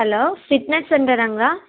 hello fitness சென்ட்டராங்களா